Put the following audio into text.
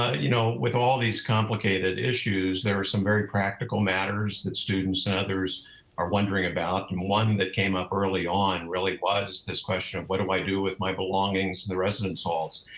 ah you know with all of these complicated issues, there are some very practical matters that students and others are wondering about. and one that came up early on really was this question of what do i do with my belongings in the residence halls?